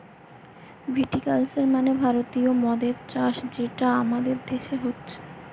ভিটি culture মানে ভারতীয় মদের চাষ যেটা আমাদের দেশে হচ্ছে